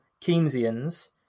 Keynesians